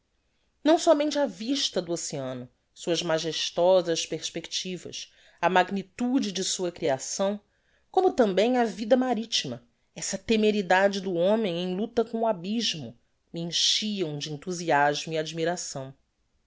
não sómente a vista do oceano suas magestosas perspectivas a magnitude de sua criação como tambem a vida maritima essa temeridade do homem em lucta com o abysmo me enchiam de enthusiasmo e admiração